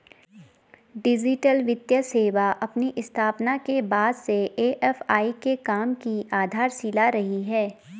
digital वित्तीय सेवा अपनी स्थापना के बाद से ए.एफ.आई के काम की आधारशिला रही है